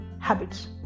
habits